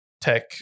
tech